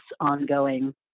ongoing